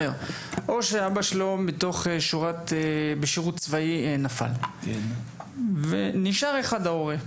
או שאבא שלו בשירות צבאי נפל, ונשאר אחד ההורים.